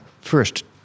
first